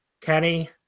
Kenny